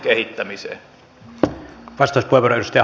arvoisa herra puhemies